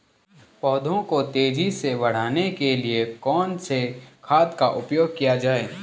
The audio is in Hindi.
पौधों को तेजी से बढ़ाने के लिए कौन से खाद का उपयोग किया जाए?